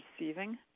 receiving